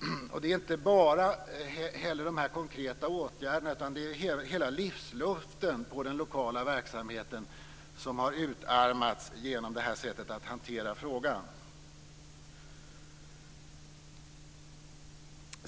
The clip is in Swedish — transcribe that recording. Det handlar inte bara om dessa konkreta åtgärder, utan hela livsluften i den lokala verksamheten har utarmats genom detta sätt att hantera frågan.